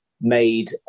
made